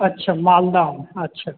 अच्छा मालदा आम अच्छा